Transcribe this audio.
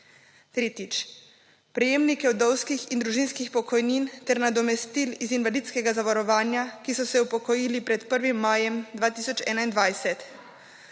Tretjič, prejemnike vdovskih in družinskih pokojnin ter nadomestil iz invalidskega zavarovanja, ki so se upokojili pred 1. majem 2021.